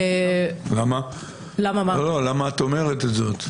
למה את אומרת את זה?